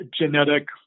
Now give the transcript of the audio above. genetic